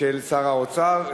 של שר האוצר,